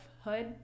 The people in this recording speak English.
hood